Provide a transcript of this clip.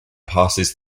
passes